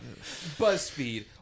Buzzfeed